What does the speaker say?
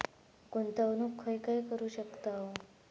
गुंतवणूक खय खय करू शकतव?